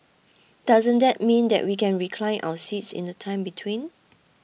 doesn't that mean that we can recline our seats in the time between